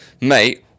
Mate